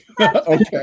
Okay